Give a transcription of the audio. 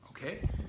okay